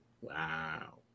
Wow